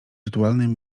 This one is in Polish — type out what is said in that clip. rytualnym